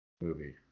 movie